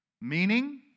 Meaning